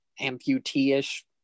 amputee-ish